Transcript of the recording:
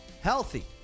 Healthy